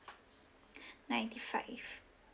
ninety five